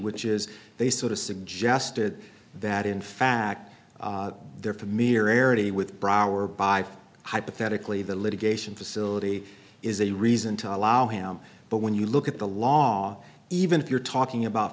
which is they sort of suggested that in fact their familiarity with brower by hypothetically the litigation facility is a reason to allow him but when you look at the law even if you're talking about